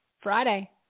Friday